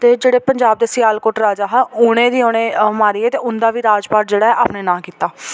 ते जेह्ड़े पंजाब दे सियालकोट राजा हा उ'नेंगी उनें मारियै ते उं'दा बी राजपाठ जेह्ड़ा अपने नांऽ कीता